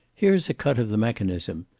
here's a cut of the mechanism.